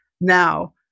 now